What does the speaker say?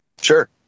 Sure